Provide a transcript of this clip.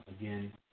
again